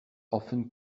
often